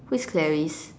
who is Clarice